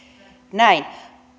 näin